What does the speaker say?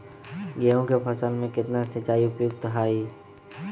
गेंहू के फसल में केतना सिंचाई उपयुक्त हाइ?